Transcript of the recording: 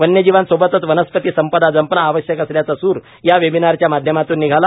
वन्यजीवासोबतच वनस्पती संपदा जपणे आवश्यक असल्याचा सूर या वेबिनारच्या माध्यमातून निघाला